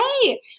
hey